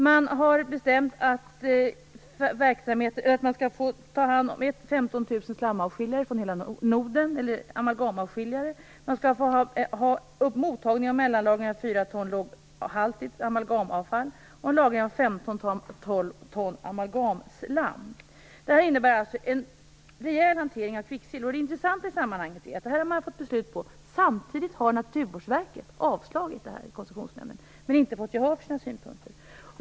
Det har bestämts att man skall få ta hand 15 000 slamavskiljare, eller amalgamavskiljare, från hela Norden. Man skall få ha mottagning och mellanlagring av 4 ton låghaltigt amalgamavfall och lagring av 12 ton amalgamslam. Det innebär att det alltså är fråga om en rejäl hantering av kvicksilver. Det intressanta i sammanhanget är att beslutet har kommit samtidigt som Naturvårdsverket i Koncessionsnämnden avslagit detta, men inte fått gehör för sina synpunkter.